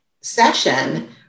session